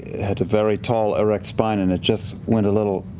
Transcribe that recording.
had a very tall, erect spine, and it just went a little.